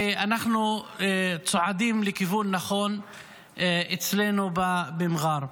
ואנחנו צועדים לכיוון נכון אצלנו במע'אר.